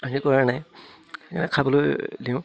আমনি কৰা নাই সেইকাৰণে খাবলৈ দিওঁ